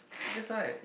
that's why